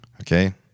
Okay